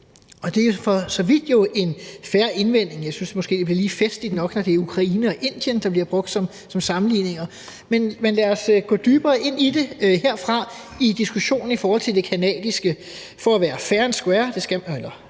og det er jo for så vidt en fair indvending. Jeg synes måske, at det er lige festligt nok, når det er Ukraine og Indien, der bliver brugt som sammenligninger, men lad os herfra gå dybere ind i diskussionen i forhold til det canadiske. For at være helt fair and square, hvis man